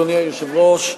אדוני היושב-ראש,